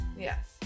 Yes